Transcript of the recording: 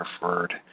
preferred